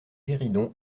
guéridon